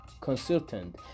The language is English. consultant